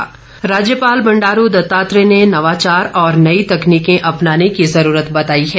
राज्यपाल राज्यपाल बंडारू दत्तात्रेय ने नवाचार और नई तकनीकें अपनाने की ज़रूरत बताई है